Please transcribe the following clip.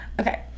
Okay